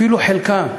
אפילו חלקן.